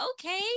okay